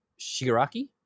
shigaraki